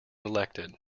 elected